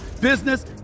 business